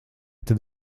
tad